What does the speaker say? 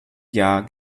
jahr